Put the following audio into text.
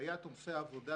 בעיית עומסי העבודה,